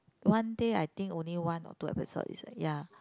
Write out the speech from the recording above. one day I think only one or two episode is like ya